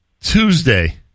Tuesday